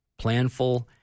planful